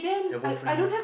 hand phone free